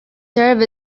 serve